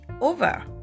over